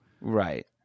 Right